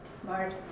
smart